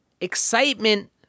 Excitement